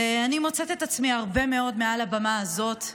ואני מוצאת את עצמי הרבה מאוד מעל הבמה הזאת,